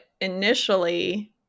initially